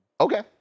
Okay